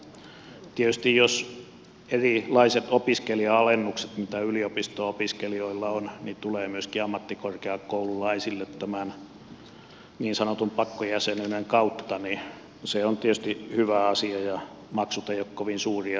jos erilaiset opiskelija alennukset joita yliopisto opiskelijoilla on tulevat myöskin ammattikorkeakoululaisille tämän niin sanotun pakkojäsenyyden kautta niin se on tietysti hyvä asia ja maksut eivät ole kovin suuria